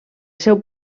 seu